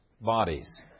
bodies